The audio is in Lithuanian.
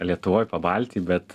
lietuvoj pabaltijy bet